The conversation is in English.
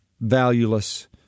valueless